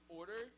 order